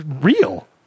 real